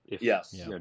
Yes